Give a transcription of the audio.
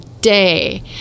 day